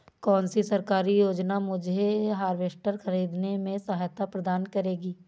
कौन सी सरकारी योजना मुझे हार्वेस्टर ख़रीदने में सहायता प्रदान करेगी?